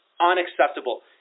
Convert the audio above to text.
unacceptable